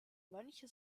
mönche